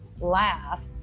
laugh